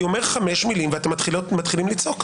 אני אומר חמש מילים ואתם מתחילים לצעוק.